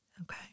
Okay